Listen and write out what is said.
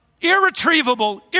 irretrievable